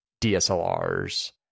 DSLRs